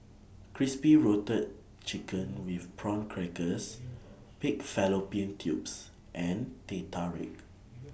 Crispy routed Chicken with Prawn Crackers Pig Fallopian Tubes and Teh Tarik